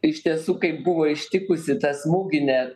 iš tiesų kaip buvo ištikusi ta smūginė